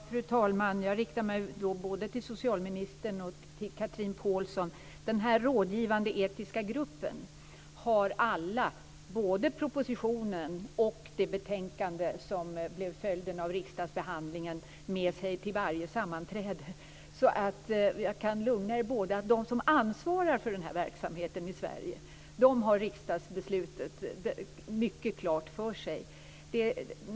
Fru talman! Jag riktar mig både till socialministern och till Chatrine Pålsson. I den här rådgivande etiska gruppen har alla både propositionen och det betänkande som blev följden av riksdagsbehandlingen med sig till varje sammanträde. Jag kan lugna er båda med att de som ansvarar för den här verksamheten i Sverige har riksdagsbeslutet mycket klart för sig.